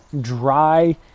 dry